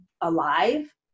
alive